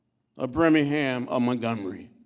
a birmingham, a montgomery.